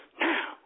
now